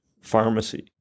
pharmacy